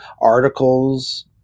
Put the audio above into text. articles